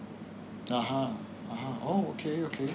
a'ah a'ah oh okay okay